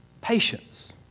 Patience